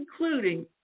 including